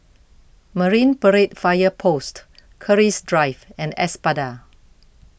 Marine Parade Fire Post Keris Drive and Espada